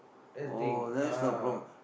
that's the thing ah